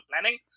planning